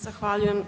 Zahvaljujem.